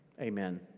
Amen